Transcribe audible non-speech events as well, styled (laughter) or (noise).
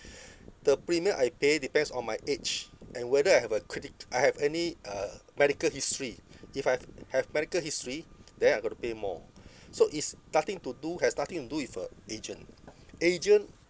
(breath) the premium I pay depends on my age and whether I have a critic~ I have any uh medical history if I have have medical history then I got to pay more so is nothing to do has nothing to do with a agent agent